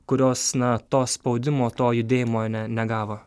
kurios na to spaudimo to judėjimo ne negavo